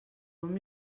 com